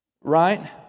Right